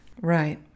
Right